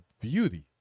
beauty